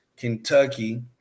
Kentucky